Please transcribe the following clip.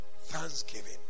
thanksgiving